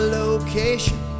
location